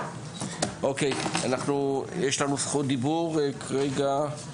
בבקשה, מריה, חוקרת מרכז המחקר והמידע של הכנסת.